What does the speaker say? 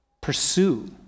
pursue